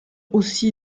aussi